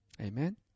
Amen